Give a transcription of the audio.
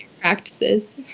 practices